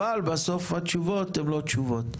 אבל בסוף התשובות הן לא תשובות.